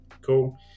cool